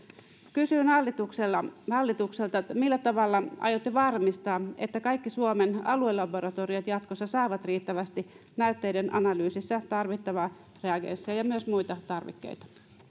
kysyn hallitukselta hallitukselta millä tavalla aiotte varmistaa että kaikki suomen aluelaboratoriot jatkossa saavat riittävästi näytteiden analyysissa tarvittavaa reagenssia ja myös muita tarvikkeita